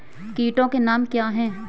कीटों के नाम क्या हैं?